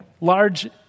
large